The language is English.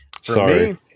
Sorry